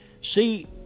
See